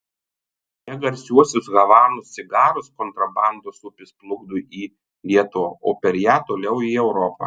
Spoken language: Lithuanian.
ne garsiuosius havanos cigarus kontrabandos upės plukdo į lietuvą o per ją toliau į europą